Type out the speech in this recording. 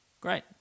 Great